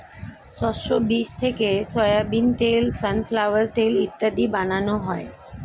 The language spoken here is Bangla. শস্যের বীজ থেকে সোয়াবিন তেল, সানফ্লাওয়ার তেল ইত্যাদি বানানো হয়